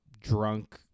drunk